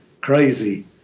crazy